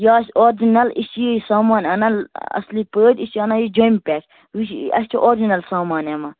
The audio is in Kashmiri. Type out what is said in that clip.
یہِ آسہِ آرجِنَل أسۍ چھِ یہِ سامان اَنان اصٕل پٲٹھۍ یہِ چھِ انان أسۍ جیٚمہِ پٮ۪ٹھٕ وُچھ اَسہِ چھُ آرجِنل سامان یِوان